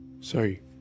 sorry